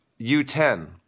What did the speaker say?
U10